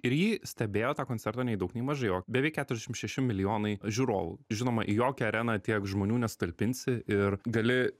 ir jį stebėjo tą koncertą nei daug nei mažai o beveik keturiasdešim šeši milijonai žiūrovų žinoma į jokią areną tiek žmonių nesutalpinsi ir gali